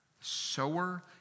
sower